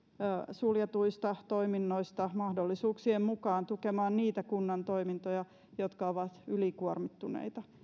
suljetuista toiminnoista mahdollisuuksien mukaan tukemaan niitä kunnan toimintoja jotka ovat ylikuormittuneita